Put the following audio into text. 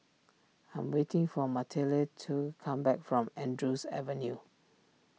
I am waiting for Matilde to come back from Andrews Avenue